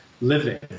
living